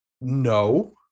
No